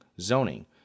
zoning